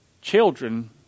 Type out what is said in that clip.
children